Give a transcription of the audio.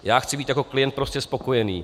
Já chci být jako klient prostě spokojen.